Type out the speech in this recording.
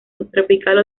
subtropical